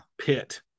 pit